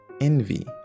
envy